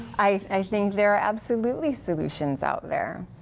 i think they're absolutely solutions out there.